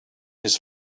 his